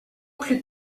plus